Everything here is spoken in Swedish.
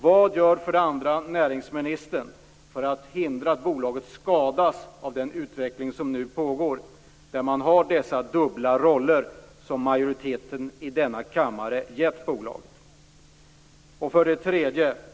Vad gör näringsministern för att hindra att bolaget skadas av den utveckling som nu pågår, där man har dessa dubbla roller som majoriteten i denna kammare har gett bolaget?